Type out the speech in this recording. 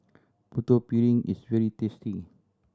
Putu Piring is very tasty